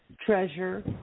treasure